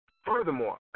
Furthermore